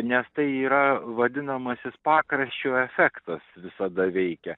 nes tai yra vadinamasis pakraščio efektas visada veikia